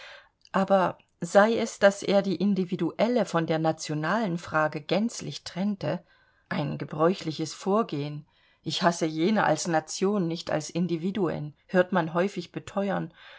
aber sei es daß er die individuelle von der nationalen frage gänzlich trennte ein gebräuchliches vorgehen ich hasse jene als nation nicht als individuen hört man häufig beteuern